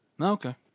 Okay